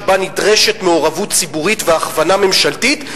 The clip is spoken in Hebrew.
שבה נדרשת מעורבות ציבורית והכוונה ממשלתית,